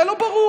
היה לו ברור.